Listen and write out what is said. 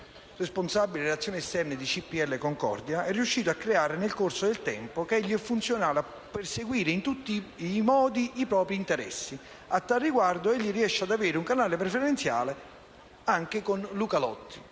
responsabile relazioni esterne di CPL Concordia, è riuscito a creare nel corso del tempo, e che gli è funzionale a perseguire in tutti i modi i propri interessi. A tal riguardo, egli riesce ad avere un canale preferenziale anche con Luca Lotti.